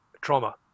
trauma